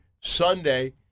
Sunday